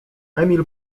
emil